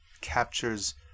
captures